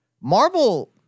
Marvel